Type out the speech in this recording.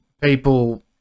people